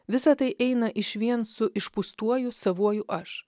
visa tai eina išvien su išpūstuoju savuoju aš